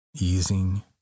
easing